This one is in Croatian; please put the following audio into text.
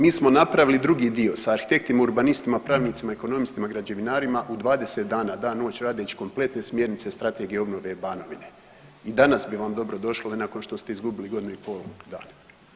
Mi smo napravili drugi dio, sa arhitektima, urbanistima, pravnicima, ekonomistima, građevinarima u 20 dana, dan uoči radeći kompletne smjernice obnove Banovine i danas bi vam dobro došle nakon što ste izgubili godinu i pol dana.